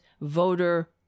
voter